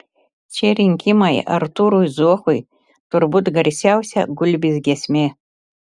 šie rinkimai artūrui zuokui turbūt garsiausia gulbės giesmė